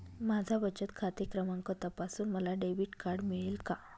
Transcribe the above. माझा बचत खाते क्रमांक तपासून मला डेबिट कार्ड मिळेल का?